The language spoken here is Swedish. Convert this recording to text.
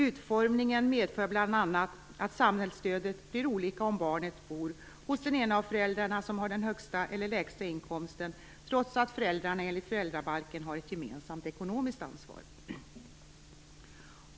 Utformningen medför bl.a. att samhällsstödet blir olika om barnet bor hos den av föräldrarna som har den högsta eller lägsta inkomsten, trots att föräldrarna enligt föräldrabalken har ett gemensamt ekonomiskt ansvar.